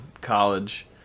college